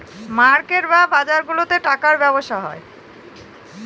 market বা বাজারগুলাতে টাকার ব্যবসা হয়